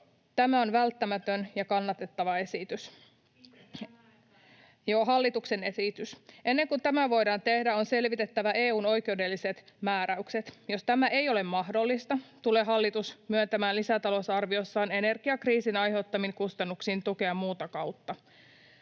Mäenpäätä!] — Joo, hallituksen esitys. — Ennen kuin tämä voidaan tehdä, on selvitettävä EU:n oikeudelliset määräykset. Jos tämä ei ole mahdollista, tulee hallitus myöntämään lisätalousarviossaan energiakriisin aiheuttamiin kustannuksiin tukea muuta kautta.